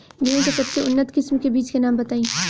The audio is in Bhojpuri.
गेहूं के सबसे उन्नत किस्म के बिज के नाम बताई?